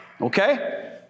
Okay